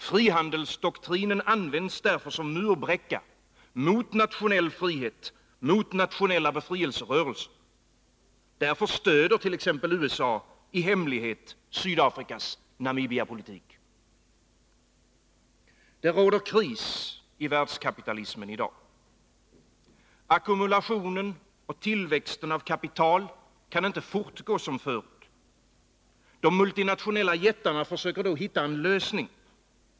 Frihandelsdoktrinen används därför som murbräcka mot nationell frihet och mot nationella befrielserörelser. Därför stöder t.ex. USA i hemlighet Sydafrikas Namibiapolitik. Det råder kris i världskapitalismen. Ackumulationen och tillväxten av kapital kan inte fortgå som förut. De multinationella jättarna försöker då hitta en lösning.